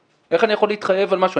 אז איך אני יכול להתחייב על משהו כזה?